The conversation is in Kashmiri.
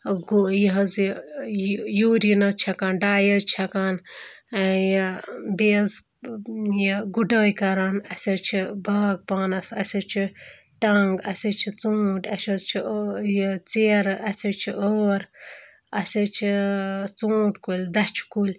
یہِ حظ یہِ یہِ یوٗریٖن حظ چھَکان ڈَاے حظ چھَکان یہِ بیٚیہِ حظ یہِ گُڈٲے کَران اَسہِ حظ چھِ باغ پانَس اَسہِ حظ چھِ ٹنٛگ اَسہِ حظ چھِ ژوٗنٛٹھۍ اَسہِ حظ چھِ ٲ یہِ ژیرٕ اَسہِ حظ چھِ ٲر اَسہِ حظ چھِ ژوٗنٛٹھۍ کُلۍ دَچھِ کُلۍ